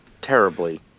terribly